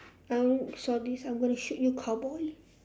I only saw this I'm going to shoot you cowboy